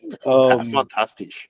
Fantastic